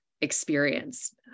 experience